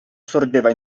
sorgeva